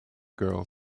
girl